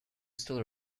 still